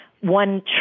one –